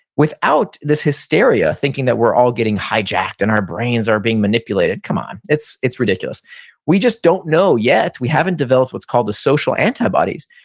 without this hysteria, thinking that we're all getting highjacked, and our brains are being manipulated. come on. it's it's ridiculous we just don't know yet, we haven't developed what's called the social antibodies,